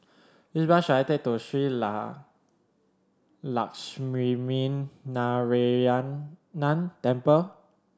which bus should I take to Shree Lakshminarayanan Temple